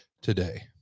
today